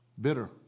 bitter